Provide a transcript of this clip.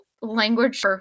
language